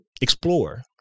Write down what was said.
Explore